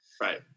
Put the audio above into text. Right